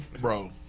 Bro